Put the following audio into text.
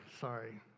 Sorry